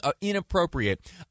inappropriate